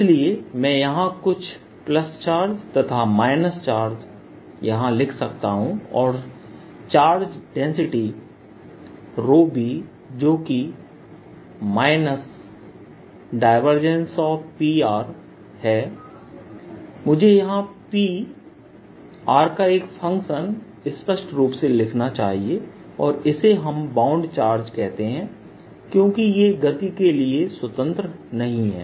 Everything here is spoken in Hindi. इसलिए मैं यहां कुछ प्लस चार्ज तथा माइनस चार्ज यहां लिख सकता हूं और चार्ज डेंसिटी bजो कि P है मुझे यहां P r का एक फंक्शन स्पष्ट रूप से लिखना चाहिए और इसे हम बाउंड चार्ज कहते हैं क्योंकि ये गति के लिए स्वतंत्र नहीं हैं